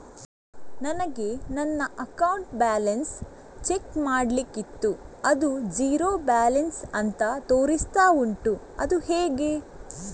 ನನಗೆ ನನ್ನ account balance check ಮಾಡ್ಲಿಕ್ಕಿತ್ತು ಅದು ಝೀರೋ ಬ್ಯಾಲೆನ್ಸ್ ಅಂತ ತೋರಿಸ್ತಾ ಉಂಟು ಅದು ಹೇಗೆ?